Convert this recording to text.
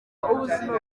ubuzima